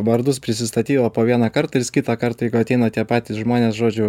vardus prisistatydavo po vieną kartą ir jis kitą kartą jeigu ateina tie patys žmonės žodžiu